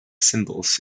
symbols